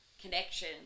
connection